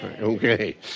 Okay